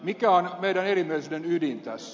mikä on meidän erimielisyytemme ydin tässä